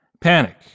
Panic